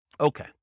Okay